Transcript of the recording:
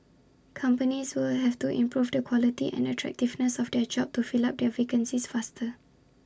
companies will have to improve the quality and attractiveness of their jobs to fill up their vacancies faster